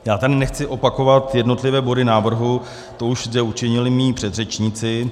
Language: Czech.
Já tady nechci opakovat jednotlivé body návrhu, to už zde učinili moji předřečníci.